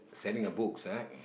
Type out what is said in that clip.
selling a books ah